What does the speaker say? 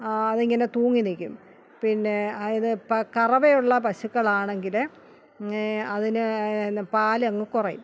അതിങ്ങനെ തൂങ്ങി നിൽക്കും പിന്നെ അത് കറവയുള്ള പശുക്കളാണെങ്കിൽ അതിന് പാൽ അങ്ങ് കുറയും